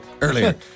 earlier